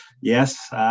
yes